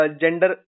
gender